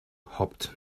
hopped